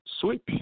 sweep